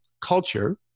culture